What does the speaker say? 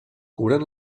curen